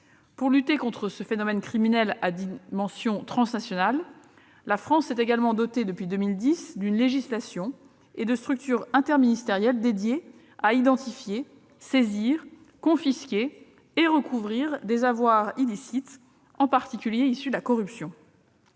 Pour lutter contre ce phénomène criminel à dimension transnationale, elle est également dotée, depuis 2010, d'une législation et de structures interministérielles dédiées à identifier, à saisir, à confisquer et à recouvrer des avoirs illicites, en particulier issus de la corruption.